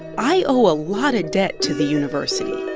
i owe a lot of debt to the university.